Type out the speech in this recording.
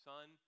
Son